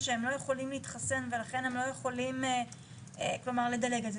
כשהם לא יכולים להתחסן ולכן הם לא יכולים לדלג על זה,